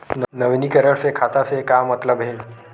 नवीनीकरण से खाता से का मतलब हे?